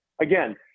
Again